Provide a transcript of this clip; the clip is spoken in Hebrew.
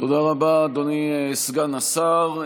תודה רבה, אדוני סגן השר.